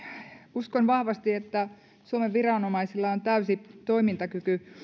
uskon vahvasti että suomen viranomaisilla on täysi toimintakyky